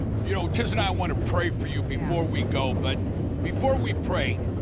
you know tiz and i want to pray for you before we go but before we pray,